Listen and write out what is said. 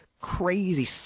crazy